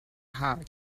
hug